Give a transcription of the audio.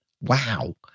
wow